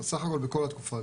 סך הכל בכל התקופה,